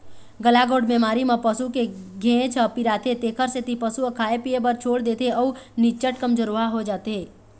गलाघोंट बेमारी म पसू के घेंच ह पिराथे तेखर सेती पशु ह खाए पिए बर छोड़ देथे अउ निच्चट कमजोरहा हो जाथे